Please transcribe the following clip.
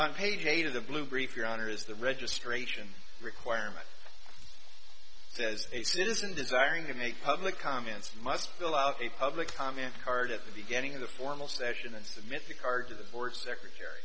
i'm page eight of the blue brief your honor is the registration requirement says a citizen desiring to make public comments must fill out a public comment card at the beginning of the formal session and submit the card to the four secretary